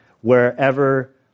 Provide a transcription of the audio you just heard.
wherever